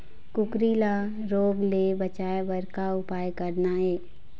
कुकरी ला रोग ले बचाए बर का उपाय करना ये?